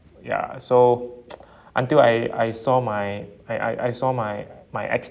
ya so until I I saw my I I I saw my my ex